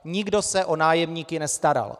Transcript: Nikdo se o nájemníky nestaral.